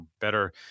better